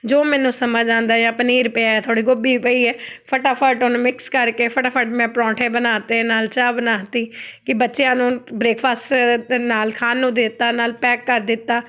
ਜੋ ਮੈਨੂੰ ਸਮਝ ਆਉਂਦਾ ਜਾਂ ਪਨੀਰ ਪਿਆ ਥੋੜ੍ਹੀ ਗੋਭੀ ਪਈ ਹੈ ਫਟਾਫਟ ਉਹਨੂੰ ਮਿਕਸ ਕਰਕੇ ਫਟਾਫਟ ਮੈਂ ਪਰੌਂਠੇ ਬਣਾਤੇ ਨਾਲ ਚਾਹ ਬਣਾਤੀ ਕਿ ਬੱਚਿਆਂ ਨੂੰ ਬ੍ਰੇਕਫਾਸਟ ਦੇ ਨਾਲ ਖਾਣ ਨੂੰ ਦੇਤਾ ਨਾਲ ਪੈਕ ਕਰ ਦਿੱਤਾ